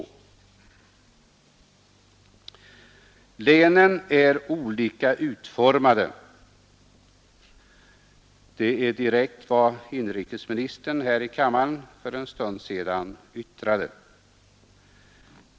”Länen är olika utformade”, yttrade inrikesministern här i kammaren för en stund sedan.